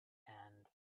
and